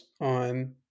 on